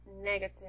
negative